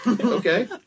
Okay